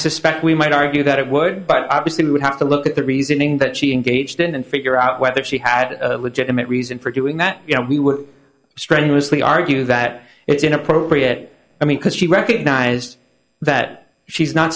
suspect we might argue that it would but obviously we would have to look at the reasoning that she engaged in and figure out whether she had a legitimate reason for doing that you know we were strenuously argue that it's inappropriate i mean because she recognized that she's not